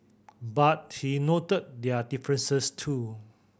but he noted their differences too